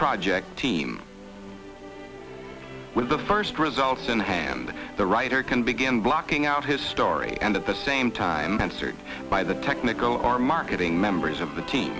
project team with the first results in hand the writer can begin blocking out his story and at the same time answered by the technical or marketing members of the team